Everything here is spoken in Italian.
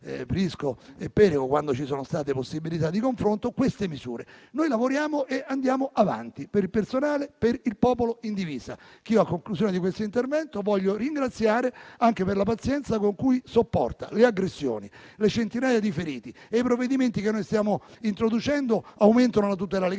Prisco e Perego quando ci sono state possibilità di confronto. Noi lavoriamo e andiamo avanti per il personale, per il popolo in divisa che anche io voglio ringraziare per la pazienza con cui sopporta le aggressioni e le centinaia di feriti. I provvedimenti che stiamo introducendo aumentano la tutela legale